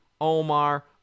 Omar